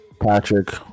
Patrick